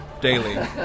daily